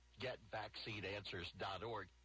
Getvaccineanswers.org